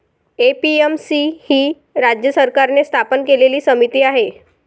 APMC ही राज्य सरकारने स्थापन केलेली समिती आहे